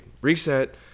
reset